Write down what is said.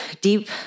deep